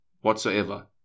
whatsoever